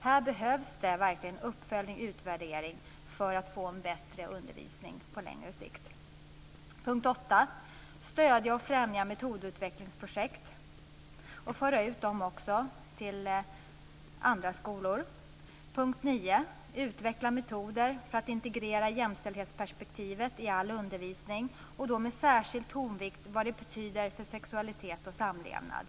Här behövs det verkligen uppföljning och utvärdering för att få en bättre undervisning på längre sikt. Under punkt 8 sägs att man ska stödja och främja metodutvecklingsprojekt och föra ut dem till andra skolor. Enligt punkt 9 ska man utveckla metoder för att integrera jämställdhetsperspektivet i all undervisning, med särskild tonvikt på vad det betyder för sexualitet och samlevnad.